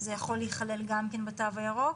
זה יכול להיכלל גם כן בתו הירוק?